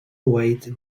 await